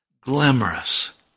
glamorous